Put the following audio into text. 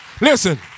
Listen